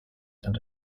and